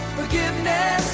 forgiveness